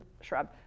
shrub